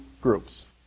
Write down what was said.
groups